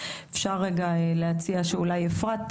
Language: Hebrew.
אפשר רגע להציע שאולי אפרת,